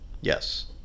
Yes